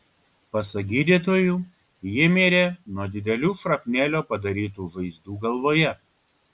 pasak gydytojų ji mirė nuo didelių šrapnelio padarytų žaizdų galvoje